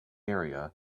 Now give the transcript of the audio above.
area